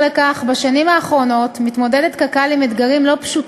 עוד פגיעה בזכותו של האסיר נותן חופש להגדרה שרירותית,